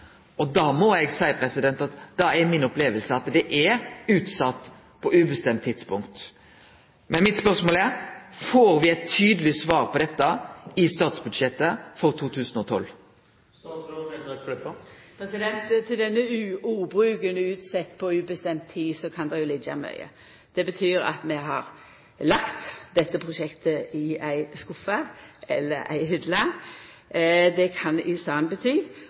Og då må eg seie at mi oppleving då er at det er utsett på ubestemt tid. Mitt spørsmål er: Får me eit tydeleg svar på dette i statsbudsjettet for 2012? I denne ordbruken «utsett på ubestemt tid» kan det jo liggja mykje. Det kan bety at vi har lagt dette prosjektet i ein skuff eller i ei hylle, men det kan òg bety